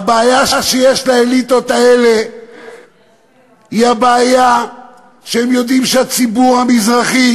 הבעיה שיש לאליטות האלה היא הבעיה שהם יודעים שהציבור המזרחי